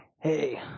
hey